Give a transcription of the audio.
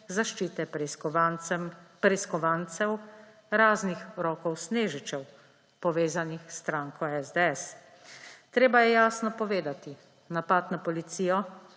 zaščite preiskovancev, raznih Rokov Snežičev, povezanih s stranko SDS. Treba je jasno povedati, napad na policijo,